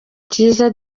cyiza